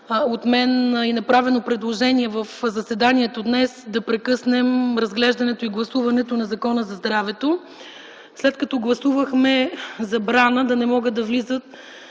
от мен предложение в заседанието днес – да прекъснем разглеждането и гласуването на Закона за здравето. След като гласувахме забрана да не могат да влизат